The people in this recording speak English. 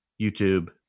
YouTube